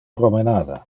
promenada